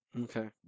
Okay